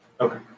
Okay